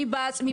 אני בעצמי,